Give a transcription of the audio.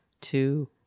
two